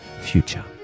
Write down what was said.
future